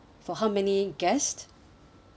for how many guests